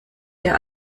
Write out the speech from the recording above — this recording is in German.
der